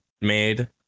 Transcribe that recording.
made